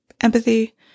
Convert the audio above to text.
empathy